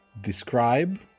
Describe